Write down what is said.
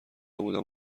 بودم